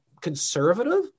conservative